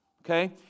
Okay